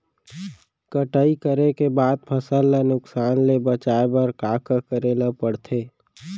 कटाई करे के बाद फसल ल नुकसान ले बचाये बर का का करे ल पड़थे?